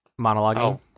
Monologuing